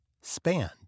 spanned